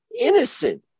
innocent